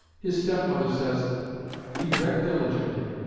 his step-mother says he read diligently.